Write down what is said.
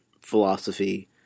philosophy